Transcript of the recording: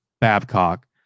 Babcock